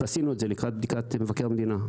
ועשינו את זה לקראת בדיקת מבקר המדינה,